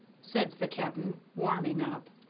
said the cap'n, warming up.